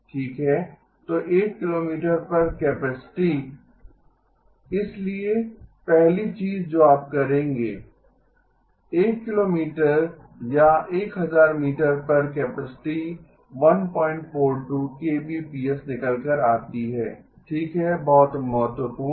ठीक है तो 1 किलोमीटर पर कैपेसिटी इसलिए पहली चीज जो आप करेंगे 1 किलोमीटर या 1000 मीटर पर कैपेसिटी 142 kbps निकल कर आती है ठीक है बहुत महत्वपूर्ण